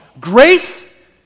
Grace